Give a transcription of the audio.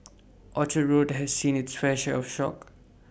Orchard road has seen it's fair share of shock